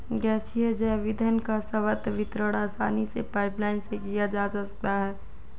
गैसीय जैव ईंधन का सर्वत्र वितरण आसानी से पाइपलाईन से किया जा सकता है